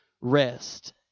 rest